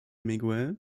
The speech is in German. miguel